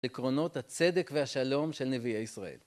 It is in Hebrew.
עקרונות הצדק והשלום של נביאי ישראל.